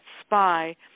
SPY